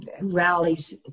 rallies